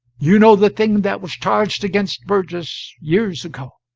you know the thing that was charged against burgess years ago.